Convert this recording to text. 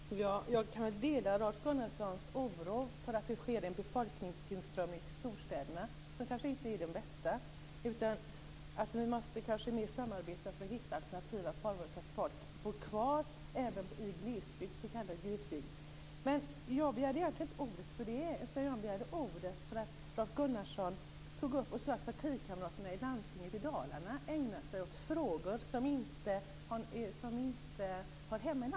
Fru talman! Jag kan dela Rolf Gunnarssons oro för att det sker en befolkningstillströmning till storstäderna. Det kanske inte är det bästa. Vi måste kanske samarbeta mer för att hitta alternativa former så att folk bor kvar även i s.k. glesbygd. Men jag begärde inte ordet för detta. Jag begärde ordet därför att Rolf Gunnarsson sade att partikamraterna i landstinget i Dalarna ägnar sig åt frågor som inte hör hemma i landstinget.